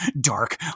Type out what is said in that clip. dark